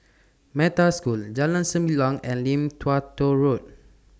Metta School Jalan Sembilang and Lim Tua Tow Road